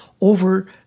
over